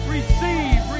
Receive